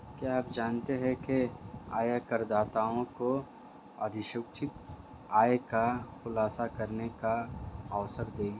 क्या आप जानते है आयकरदाताओं को अघोषित आय का खुलासा करने का अवसर देगी?